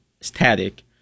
static